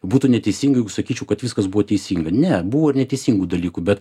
būtų neteisinga jeigu sakyčiau kad viskas buvo teisinga ne buvo ir neteisingų dalykų bet